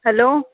hello